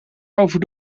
over